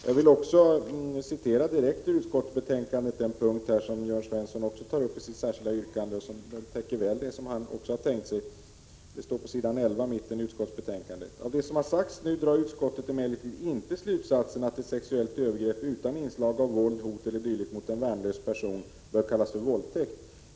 Jag vill också citera direkt ur utskottsbetänkandet beträffande den punkt som Jörn Svensson även tar upp i sitt särskilda yrkande. Den skrivningen täcker väl det han tänkt sig. På s. 11 står det: ”Av det som har sagts nu drar utskottet emellertid inte slutsatsen att ett sexuellt övergrepp utan inslag av våld, hot e. d. mot en värnlös person bör kallas för våldtäkt.